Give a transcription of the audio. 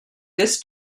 this